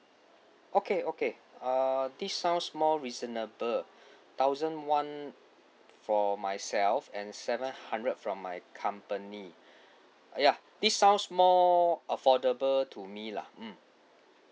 okay okay err this sounds more reasonable thousand one for myself and seven hundred from my company ya this sounds more affordable to me lah mm